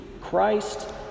Christ